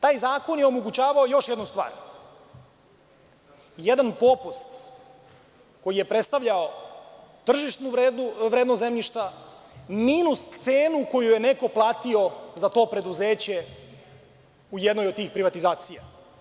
Taj zakon je omogućavao još jednu stvar, jedan popust koji je predstavljao tržišnu vrednost zemljišta, minus cenu koju je neko platio za to preduzeće u jednoj od tih privatizacija.